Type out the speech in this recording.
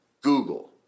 Google